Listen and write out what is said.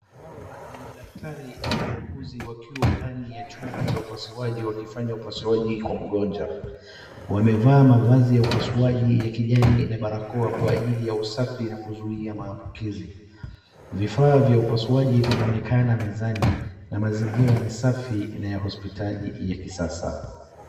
Hawa ni madaktari na wauguzi wakiwa ndani ya chumba cha upasuaji wakifanya upasuaji kwa mgonjwa. Wamevaa mavazi ya upasuaji ya kijani na barakoa kwa ajili ya usafi na kuzuia maambukizi. Vifaa vya upasuaji vinaonekana mezani na mazingira ni safi na ya kisasa.